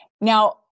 now